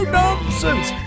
nonsense